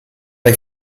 dai